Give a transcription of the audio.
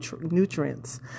nutrients